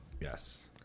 Yes